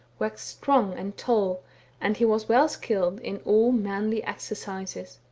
waxed strong and tall and he was well skilled in all manly exercises.